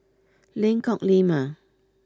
Lengkok Lima